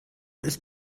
ist